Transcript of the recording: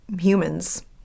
humans